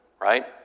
right